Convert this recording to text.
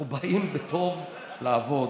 אנחנו באים בטוב לעבוד.